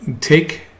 take